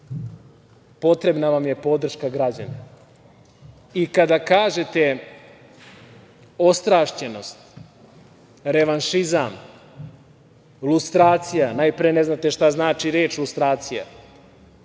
Potrebna vam je podrška građana i kada kažete – ostrašćenost, revanšizam, lustracija, najpre ne znate šta znači reč lustracija,